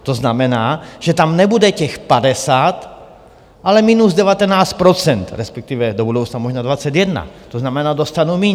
To znamená, že tam nebude těch 50, ale minus 19 %, respektive do budoucna možná 21, to znamená, dostanou míň.